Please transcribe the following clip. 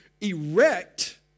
erect